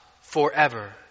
Forever